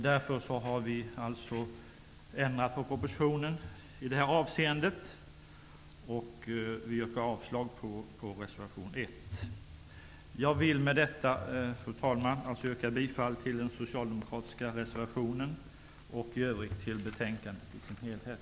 Därför har vi alltså ändrat förslaget i propositionen i detta avseende, och jag yrkar avslag på reservation 1. Jag vill med detta, fru talman, yrka bifall till den socialdemokratiska reservationen och i övrigt till utskottets hemställan i dess helhet.